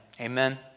Amen